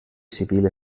civil